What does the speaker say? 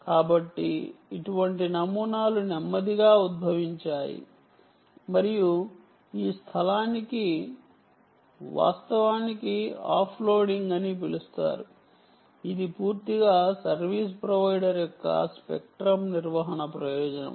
కాబట్టి ఇటువంటి నమూనాలు నెమ్మదిగా ఉద్భవించాయి మరియు ఈ స్థలాన్ని వాస్తవానికి ఆఫ్లోడింగ్ అని పిలుస్తారు ఇది పూర్తిగా సర్వీస్ ప్రొవైడర్ యొక్క స్పెక్ట్రం నిర్వహణ ప్రయోజనం